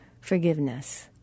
forgiveness